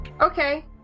Okay